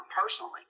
personally